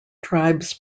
tribes